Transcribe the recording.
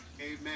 Amen